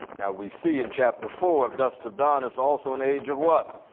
now we see in chapter four of dusk of dawn it's also an age of what?